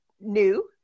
new